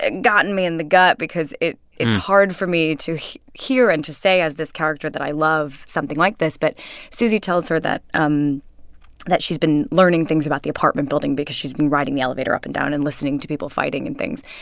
gotten me in the gut because it's hard for me to hear and to say as this character that i love, something like this. but susie tells her that um that she's been learning things about the apartment building because she's been riding the elevator up and down and listening to people fighting and things.